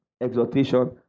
exhortation